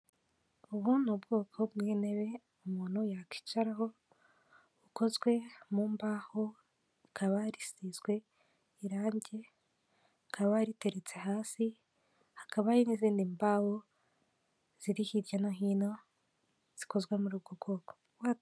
Ubu ni ubwoko bw'intebe umuntu yakicaraho bukozwe mu mbaho bukaba risizwe irangi rikaba riteretse hasi hakaba hari n'izindi mbaho ziri hirya no hino zikozwe muri ubwo bwoko.